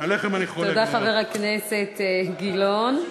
תודה, חבר הכנסת גילאון.